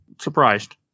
surprised